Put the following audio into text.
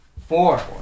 Four